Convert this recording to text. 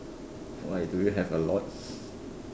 why do you have a lot